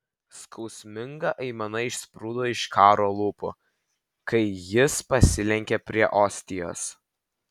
skausminga aimana išsprūdo iš karo lūpų kai jis pasilenkė prie ostijos